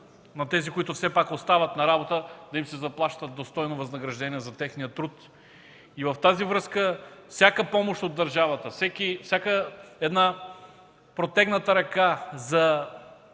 на тези, които остават на работа, да им заплаща достойно възнаграждение за техния труд. Във връзка с това, всяка помощ от държавата, всяка протегната ръка